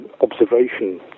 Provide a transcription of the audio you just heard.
observation